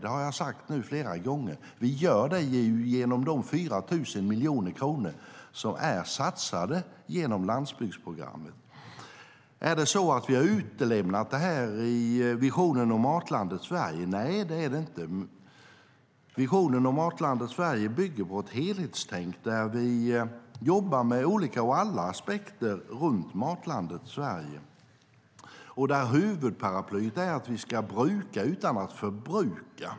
Det har jag sagt flera gånger. Vi gör det genom de 4 000 miljoner kronor som är satsade genom landsbygdsprogrammet. Har vi utelämnat detta i visionen om Matlandet Sverige? Nej, det har vi inte. Visionen om Matlandet Sverige bygger på ett helhetstänk där vi jobbar med alla aspekter och där huvudparaplyet är att vi ska bruka utan att förbruka.